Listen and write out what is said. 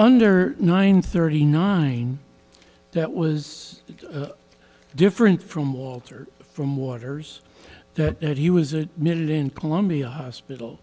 under nine thirty nine that was different from walter from waters that he was a mid in columbia hospital